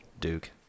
Duke